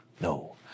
No